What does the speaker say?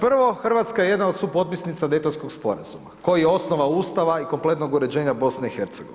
Prvo, Hrvatska je jedna od supotpisnica Dejtonskog sporazuma, koji je osnova Ustava i kompletnog uređenja BIH.